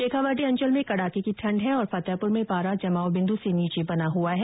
शेखावाटी अंचल में कड़ाके की ठण्ड है और फतेहपुर में पारा जमाव बिन्दु से नीचे बना हुआ है